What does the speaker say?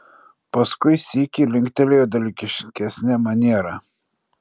paskui sykį linktelėjo dalykiškesne maniera